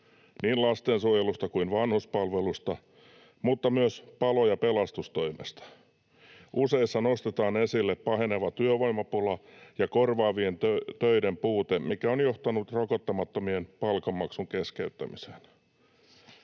niin lastensuojelusta kuin vanhuspalveluista, mutta myös palo- ja pelastustoimesta. Useissa nostetaan esille paheneva työvoimapula ja korvaavien töiden puute, mikä on johtanut rokottamattomien palkanmaksun keskeyttämiseen.